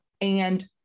And-